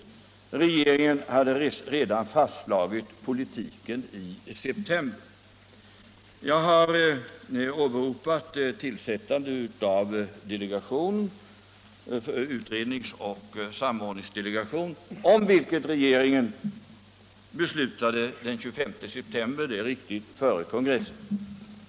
Regeringen påstås således ha fastslagit sin politik redan i september och man åberopar därvid tillsättandet av en utredningsoch samordningsdelegation, om vilken regeringen — och det är riktigt — beslutade den 25 september, alltså före kongressen.